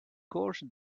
course